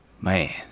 man